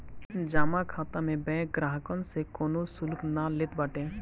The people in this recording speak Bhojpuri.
जमा खाता में बैंक ग्राहकन से कवनो शुल्क ना लेत बाटे